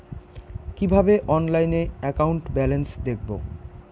কিভাবে অনলাইনে account balance দেখবো?